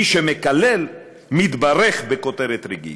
מי שמקלל, מתברך בכותרת רגעית.